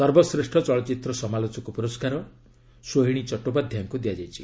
ସର୍ବଶ୍ରେଷ୍ଠ ଚଳଚ୍ଚିତ୍ର ସମାଲୋଚକ ପୁରସ୍କାର ସୋହିଶୀ ଚଟ୍ଟେପାଧ୍ୟାୟଙ୍କୁ ମିଳିଛି